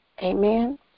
Amen